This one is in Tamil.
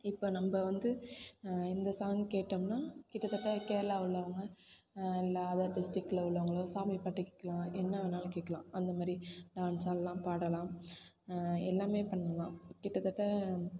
இப்போ நம்ம வந்து இந்த சாங் கேட்டோம்னா கிட்டத்தட்ட கேரளா உள்ளவங்க இல்லை அதர் டிஸ்டிக்கில் உள்ளவங்களும் சாமிப் பாட்டு கேட்கலாம் என்ன வேணாலும் கேட்கலாம் அந்த மாதிரி டான்ஸ் ஆடலாம் பாடலாம் எல்லாமே பண்ணலாம் கிட்டத்தட்ட